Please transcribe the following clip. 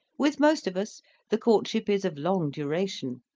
with most of us the courtship is of long duration.